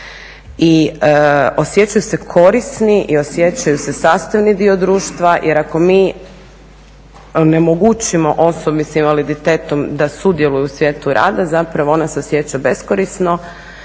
i osjećaju se korisni i osjećaju se sastavni dio društva. Jer ako mi onemogućimo osobi s invaliditetom da sudjeluje u svijetu rada zapravo ona se osjeća beskorisno,